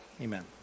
Amen